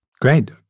Great